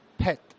PET